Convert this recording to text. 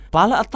Pala